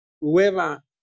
whoever